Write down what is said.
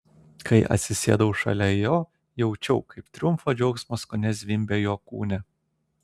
kai atsisėdau šalia jo jaučiau kaip triumfo džiaugsmas kone zvimbia jo kūne